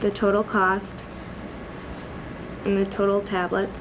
the total cost in the total tablet